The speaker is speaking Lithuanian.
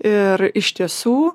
ir iš tiesų